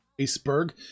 Iceberg